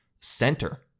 center